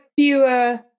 fewer